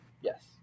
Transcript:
Yes